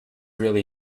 really